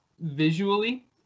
visually